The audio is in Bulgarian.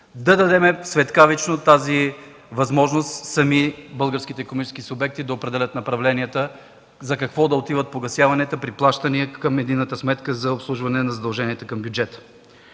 да дадем светкавично тази възможност българските икономически субекти да определят сами направленията за какво да отиват погасяванията при плащания към единната сметка за обслужване на задълженията към бюджета.